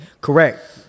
correct